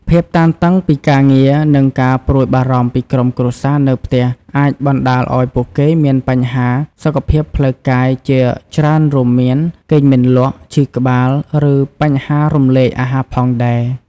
ភាពតានតឹងពីការងារ និងការព្រួយបារម្ភពីក្រុមគ្រួសារនៅផ្ទះ អាចបណ្ដាលឲ្យពួកគេមានបញ្ហាសុខភាពផ្លូវកាយជាច្រើនរួមមាន គេងមិនលក់ ឈឺក្បាល ឬបញ្ហារំលាយអាហារផងដែរ។